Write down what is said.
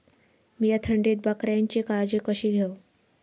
मीया थंडीत बकऱ्यांची काळजी कशी घेव?